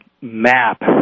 map